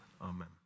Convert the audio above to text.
Amen